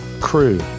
crew